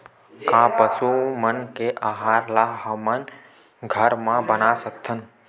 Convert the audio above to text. का पशु मन के आहार ला हमन घर मा बना सकथन?